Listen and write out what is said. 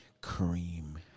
cream